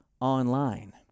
online